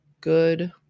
good